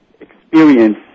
experience